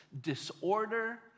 Disorder